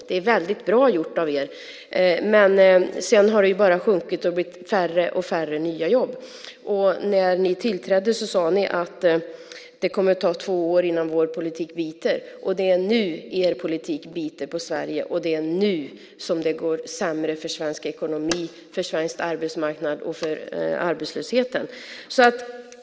Det är väldigt bra gjort av er, men sedan har det bara sjunkit och blivit färre och färre nya jobb. När ni tillträdde sade ni att det skulle ta två år innan er politik biter. Det är nu er politik biter på Sverige. Det är nu som det går sämre för svensk ekonomi, svensk arbetsmarknad och för arbetslösheten.